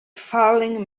fallen